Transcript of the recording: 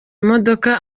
imodoka